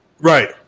Right